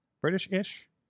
British-ish